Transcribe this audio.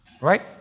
Right